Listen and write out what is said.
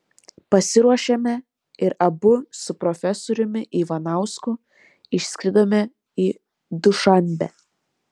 pasiruošėme ir abu su profesoriumi ivanausku išskridome į dušanbę